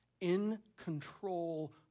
in-control